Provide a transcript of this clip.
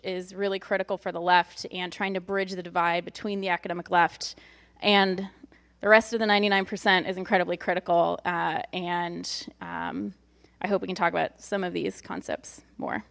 is really critical for the left and trying to bridge the divide between the academic left and the rest of the ninety nine percent is incredibly critical and i hope we can talk about some of these concepts